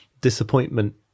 disappointment